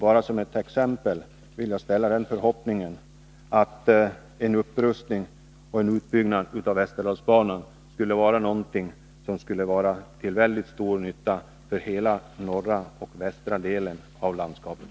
Bara som ett exempel och en förhoppning vill jag uttala att en upprustning och utbyggnad av västerdalsbanan skulle vara till stor nytta för norra och västra delarna av landskapet.